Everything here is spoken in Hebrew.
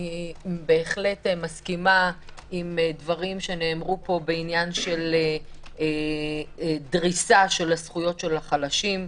אני מסכימה בהחלט עם דברים שנאמרו פה בעניין דריסת זכויות החלשים,